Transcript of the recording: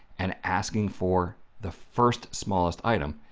and asking for the first smallest item,